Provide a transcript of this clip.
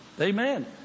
Amen